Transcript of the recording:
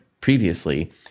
previously